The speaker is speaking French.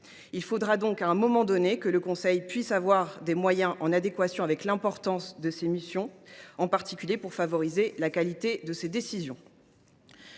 Il faudra donc, à un moment donné, que le Conseil puisse bénéficier de moyens en adéquation avec l’importance de ses missions, en particulier pour favoriser la qualité de ses décisions.